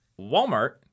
Walmart